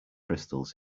crystals